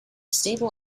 stable